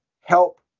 help